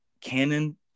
canon